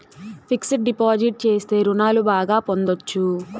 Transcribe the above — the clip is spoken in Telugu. ఫిక్స్డ్ డిపాజిట్ చేస్తే రుణాలు బాగా పొందొచ్చు